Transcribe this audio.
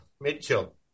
Mitchell